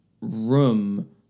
room